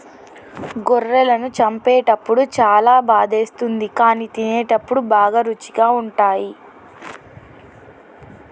గొర్రెలను చంపేటప్పుడు చాలా బాధేస్తుంది కానీ తినేటప్పుడు బాగా రుచిగా ఉంటాయి